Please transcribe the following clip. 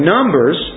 Numbers